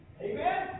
Amen